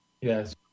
Yes